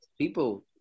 people